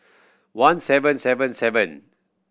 one seven seven seven